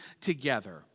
together